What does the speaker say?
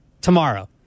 tomorrow